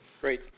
Great